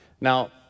Now